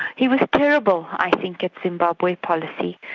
he was terrible i think at zimbabwe policy.